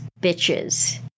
bitches